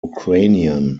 ukrainian